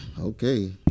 okay